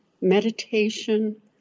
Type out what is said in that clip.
meditation